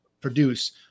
produce